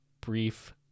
brief